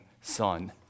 son